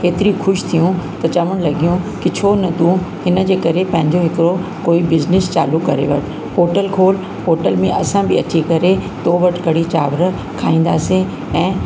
हेतिरी ख़ुशि थियूं त चवणु लॻियूं की छो न तूं हिन जे करे पंहिंजो हिकिड़ो कोई बिजनिस चालू करे वटि होटल खोल होटल में असां बि अची करे तव्हां वटि कढ़ी चांवर खाईंदासीं ऐं